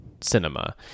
cinema